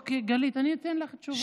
אוקיי, גלית, אני אתן לך תשובות.